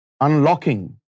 Unlocking